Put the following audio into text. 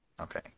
Okay